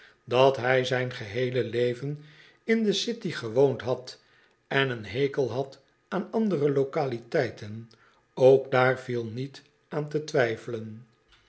dat hij zijn geheele leven in de city gewoond had en een hekel had aan andere lokaliteiten ook daar viel niet aan te twijfelen